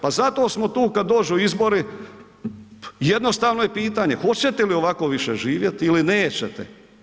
Pa zato smo tu kad dođu izbori, jednostavno je pitanje, hoćete li ovako više živjeti ili nećete.